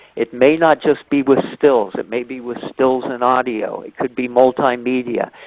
it may not just be with stills, it may be with stills and audio. it could be multimedia.